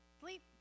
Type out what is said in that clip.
sleep